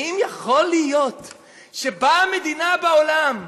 האם יכול להיות שבאה מדינה בעולם,